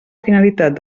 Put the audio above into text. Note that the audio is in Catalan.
finalitat